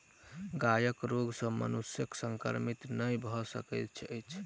गायक रोग सॅ मनुष्य संक्रमित नै भ सकैत अछि